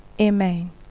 Amen